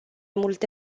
multe